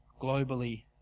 globally